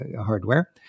hardware